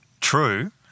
true